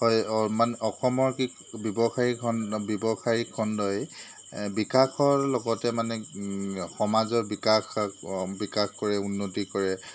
হয় অঁ মানে অসমৰ কি ব্যৱসায়িক সন ব্যৱসায়িক খণ্ডই বিকাশৰ লগতে মানে সমাজৰ বিকাশ বিকাশ কৰে উন্নতি কৰে